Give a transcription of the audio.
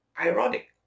ironic